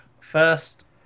first